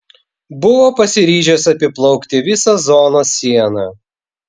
buvo pasiryžęs apiplaukti visą zonos sieną